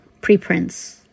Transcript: preprints